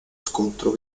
scontro